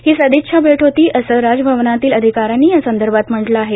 ही सदिच्छा भेट होती असं राजभवनातील अधिकाऱ्यांनी या संदर्भात म्हटलं आहे